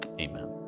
Amen